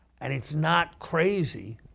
and it's not crazy,